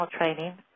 training